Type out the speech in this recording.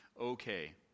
okay